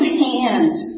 hands